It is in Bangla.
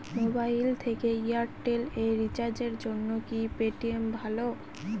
মোবাইল থেকে এয়ারটেল এ রিচার্জের জন্য কি পেটিএম ভালো?